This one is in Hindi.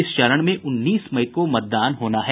इस चरण में उन्नीस मई को मतदान होना है